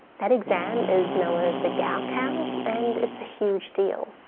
that exam is known as the gaokao and it's a huge deal.